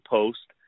Post